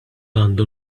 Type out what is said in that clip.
għandu